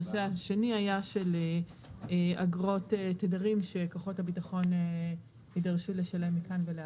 הנושא השני היה של אגרות תדרים שכוחות הביטחון יידרשו לשלם מכאן ולהבא.